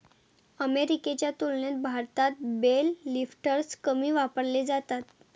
अमेरिकेच्या तुलनेत भारतात बेल लिफ्टर्स कमी वापरले जातात